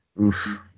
Oof